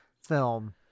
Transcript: film